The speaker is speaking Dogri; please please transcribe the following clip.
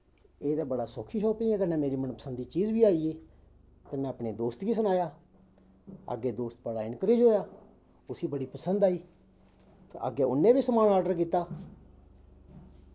एह् ते बड़ी सौक्खी शापिंग ऐ कन्नै मेरी मन पसंद दी चीज़ बी आई गेई उन्नै अपने दोस्त गी सनाया अग्गें दोस्त बड़ा इनकर्ज होएआ उसी बड़ी पसंद आई अग्गें उन्नै बी समान आर्डर कीता